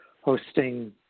hosting